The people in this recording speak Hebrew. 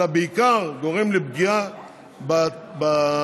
אלא זה בעיקר גורם לפגיעה בתאגידים,